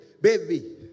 Baby